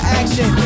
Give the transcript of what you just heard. action